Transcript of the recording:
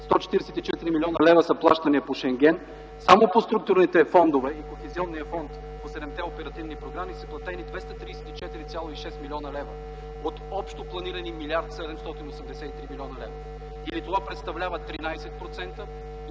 144 млн. лв. са плащания по Шенген. Само по структурните фондове и Кохезионния фонд, по седемте оперативни програми са платени 234,6 млн. лв. от общо планирани 1 млрд. 783 млн. лв. или това представлява 13,2%